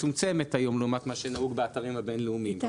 מצומצמת היום לעומת מה שנהוג באתרים הבין-לאומיים.